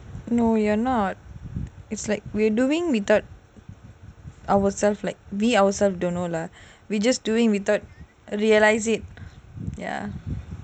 no you are not it's like we're doing without ourselves like we ourselves don't know lah we just doing without realise it ya